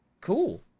cool